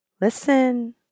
Listen